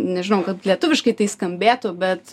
nežinau kad lietuviškai tai skambėtų bet